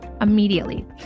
immediately